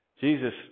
Jesus